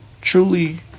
truly